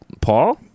paul